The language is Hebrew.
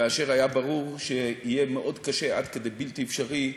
כאשר היה ברור שיהיה מאוד קשה, עד בלתי אפשרי,